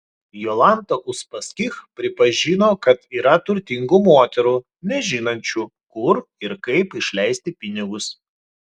jolanta uspaskich pripažino kad yra turtingų moterų nežinančių kur ir kaip išleisti pinigus